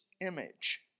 image